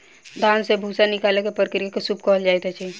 धान से भूस्सा निकालै के प्रक्रिया के सूप कहल जाइत अछि